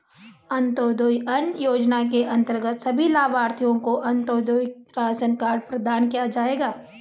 अंत्योदय अन्न योजना के अंतर्गत सभी लाभार्थियों को अंत्योदय राशन कार्ड प्रदान किया जाएगा